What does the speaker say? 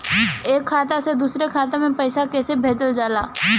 एक खाता से दुसरे खाता मे पैसा कैसे भेजल जाला?